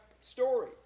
story